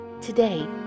Today